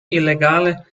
illegale